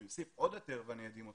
אני אוסיף עוד יותר ואדהים אתכם,